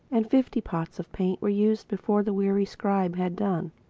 and fifty pots of paint were used, before the weary scribe had done.